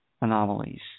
anomalies